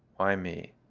why me?